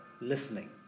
listening